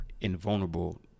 invulnerable